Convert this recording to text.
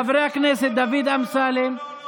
חברי הכנסת דוד אמסלם,